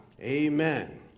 Amen